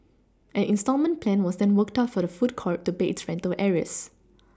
an instalment plan was then worked out for the food court to pay its rental arrears